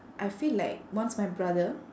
I feel like once my brother